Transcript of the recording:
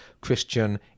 Christian